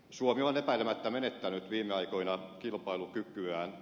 suomi on epäilemättä menettänyt viime aikoina kilpailukykyään